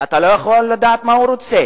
אתה לא יכול לדעת, מה הוא רוצה.